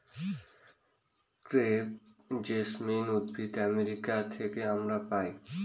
crepe jasmine উদ্ভিদ America থেকে আমরা পাই